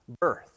birth